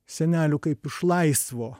senelių kaip iš laisvo